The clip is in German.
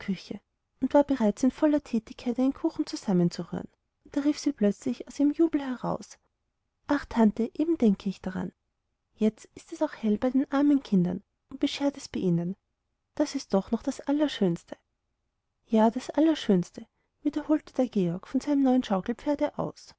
und war bereits in voller tätigkeit einen kuchen zusammenzurühren da rief sie plötzlich aus ihrem jubel heraus ach tante eben denke ich dran jetzt ist es auch hell bei den armen kindern und beschert es bei ihnen das ist doch noch das allerschönste ja das allerschönste wiederholte der georg von seinem neuen schaukelpferde aus